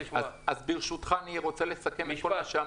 לעבור לשמוע את --- ברשותך אני רוצה לסכם בחמש שורות את כל מה שאמרתי.